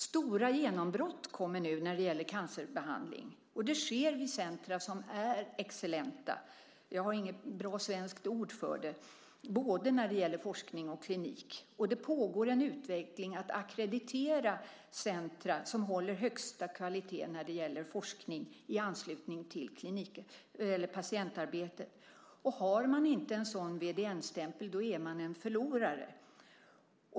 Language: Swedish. Stora genombrott kommer nu när det gäller cancerbehandling, och det sker vid centrum som är excellenta - jag har inget bra svenskt ord för det - när det gäller både forskning och klinik. Det pågår en utveckling att ackreditera centrum som håller högsta kvalitet när det gäller forskning i anslutning till patientarbete. Har man inte en sådan VDN-stämpel är man en förlorare.